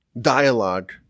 dialogue